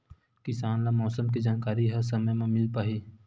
किसान ल मौसम के जानकारी ह समय म मिल पाही?